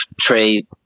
trade